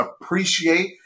appreciate